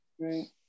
Right